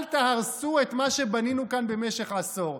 אל תהרסו את מה שבנינו כאן במשך עשור.